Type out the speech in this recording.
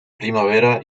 primavera